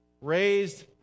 Raised